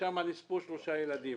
ושם נספו שלושה ילדים.